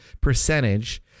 percentage